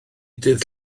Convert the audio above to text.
dydd